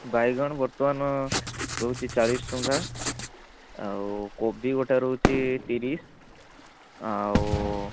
ବାଇଗଣ ବର୍ତ୍ତମାନ ରହୁଛି ଚାଳିଶ ଟଙ୍କା ଆଉ କୋବି ଗୋଟା ରହୁଛି ତିରିଶ ଆଉ